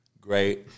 great